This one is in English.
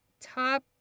top